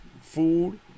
food